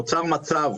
נוצר מצב,